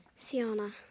Siana